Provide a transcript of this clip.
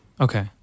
Okay